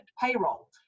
payroll